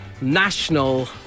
National